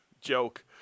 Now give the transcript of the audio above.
joke